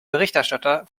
berichterstatter